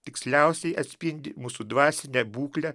tiksliausiai atspindi mūsų dvasinę būklę